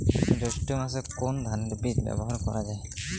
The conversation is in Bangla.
জৈষ্ঠ্য মাসে কোন ধানের বীজ ব্যবহার করা যায়?